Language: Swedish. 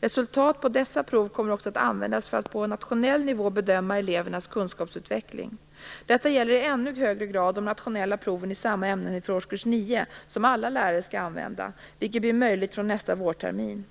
Resultat på dessa prov kommer också att användas för att på nationell nivå bedöma elevernas kunskapsutveckling. Detta gäller i ännu högre grad de nationella proven i samma ämnen för årskurs nio, som alla lärare skall använda, vilket blir möjligt från nästa vårtermin.